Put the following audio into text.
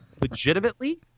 legitimately